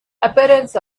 appearance